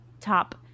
top